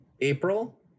April